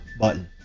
button